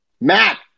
Matt